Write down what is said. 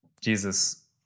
Jesus